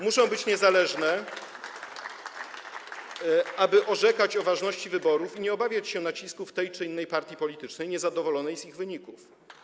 Muszą być niezależne, aby orzekać o ważności wyborów i nie obawiać się nacisków tej czy innej partii politycznej niezadowolonej z ich wyników.